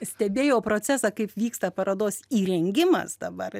stebėjau procesą kaip vyksta parodos įrengimas dabar